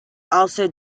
also